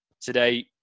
Today